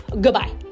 Goodbye